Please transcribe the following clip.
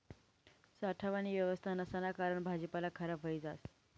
साठावानी येवस्था नसाना कारण भाजीपाला खराब व्हयी जास